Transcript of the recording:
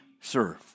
serve